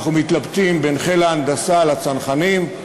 אנחנו מתלבטים בין חיל ההנדסה לצנחנים,